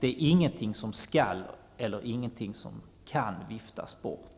Det är ingenting som skall eller kan viftas bort.